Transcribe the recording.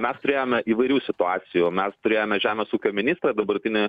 mes turėjome įvairių situacijų mes turėjome žemės ūkio ministrą dabartinį